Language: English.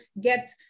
get